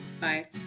Bye